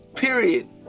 Period